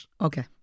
okay